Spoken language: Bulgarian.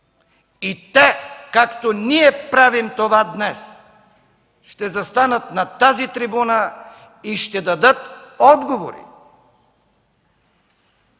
и те, както ние правим това днес, ще застанат на тази трибуна и ще дадат отговори